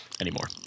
anymore